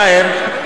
יאיר,